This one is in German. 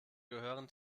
gehören